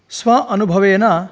स्व अनुभवेन